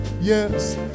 yes